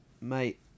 Mate